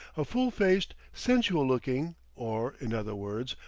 a full-faced, sensual-looking, or, in other words,